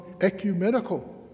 ecumenical